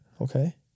Okay